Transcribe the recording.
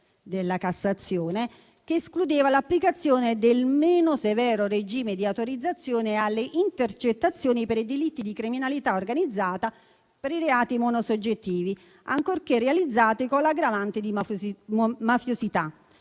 della Cassazione che escludeva l'applicazione del meno severo regime di autorizzazione alle intercettazioni per i diritti di criminalità organizzata per i reati monosoggettivi ancorché realizzati con l'aggravante di mafiosità,